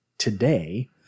today